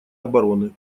обороны